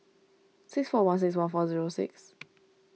six four one six one four zero six